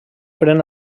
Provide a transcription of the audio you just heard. pren